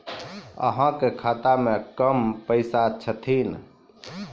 अहाँ के खाता मे कम पैसा छथिन?